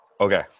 Okay